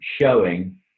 showing